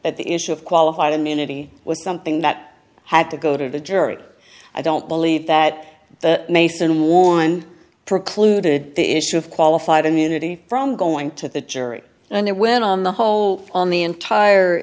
at the issue of qualified immunity was something that had to go to the jury i don't believe that the mason warned precluded the issue of qualified immunity from going to the jury and it went on the whole on the entire